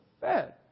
fed